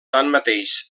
tanmateix